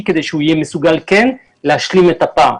כדי שהוא יהיה מסוגל להשלים את הפער.